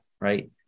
right